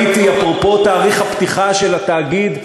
אפרופו תאריך הפתיחה של התאגיד,